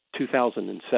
2007